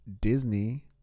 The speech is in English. Disney